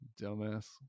dumbass